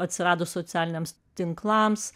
atsiradus socialiniams tinklams